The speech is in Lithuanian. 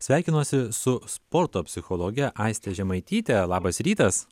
sveikinuosi su sporto psichologe aiste žemaityte labas rytas